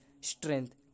strength